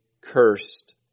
cursed